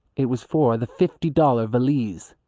it was for the fifty-dollar valise.